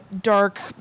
dark